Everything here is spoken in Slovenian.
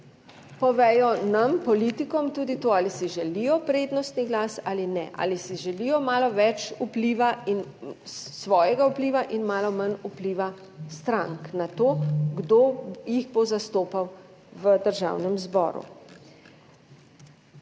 povejo nam, politikom, tudi to, ali si želijo prednostni glas ali ne, ali si želijo malo več vpliva in svojega vpliva in malo manj vpliva strank na to, kdo jih bo zastopal v Državnem zboru.